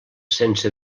sense